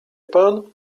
pan